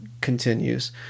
continues